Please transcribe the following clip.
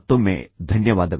ಮತ್ತೊಮ್ಮೆ ಧನ್ಯವಾದಗಳು